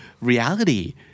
reality